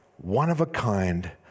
one-of-a-kind